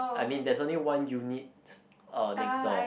I mean there's only one unit uh next door